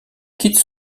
quitte